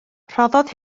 rhoddodd